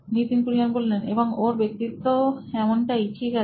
Nitin Kurian C O O নোইন electronics এবং ওর ব্যক্তিত্বও এমনটাই ঠিক আছে